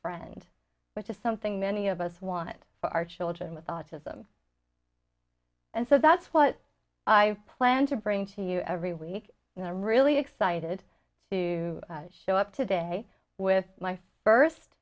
friend which is something many of us want for our children with autism and so that's what i plan to bring to you every week and i'm really excited to show up today with my